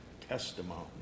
testimony